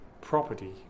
property